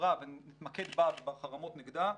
חברה ונתמקד בחרמות נגדם,